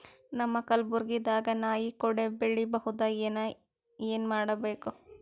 ನಮ್ಮ ಕಲಬುರ್ಗಿ ದಾಗ ನಾಯಿ ಕೊಡೆ ಬೆಳಿ ಬಹುದಾ, ಏನ ಏನ್ ಮಾಡಬೇಕು?